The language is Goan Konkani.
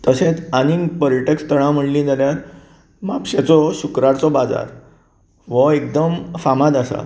तशेंच आनीक पर्यटक स्थळां म्हणली जाल्यार म्हापशेंचो शुक्रारचो बाजार हो एकदम फामाद आसा